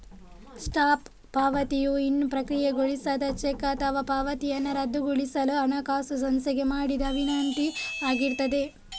stop ಪಾವತಿಯು ಇನ್ನೂ ಪ್ರಕ್ರಿಯೆಗೊಳಿಸದ ಚೆಕ್ ಅಥವಾ ಪಾವತಿಯನ್ನ ರದ್ದುಗೊಳಿಸಲು ಹಣಕಾಸು ಸಂಸ್ಥೆಗೆ ಮಾಡಿದ ವಿನಂತಿ ಆಗಿರ್ತದೆ